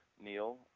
Neil